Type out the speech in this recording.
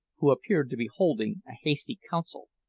who appeared to be holding a hasty council.